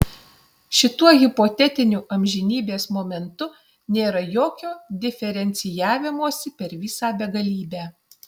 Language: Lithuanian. šituo hipotetiniu amžinybės momentu nėra jokio diferencijavimosi per visą begalybę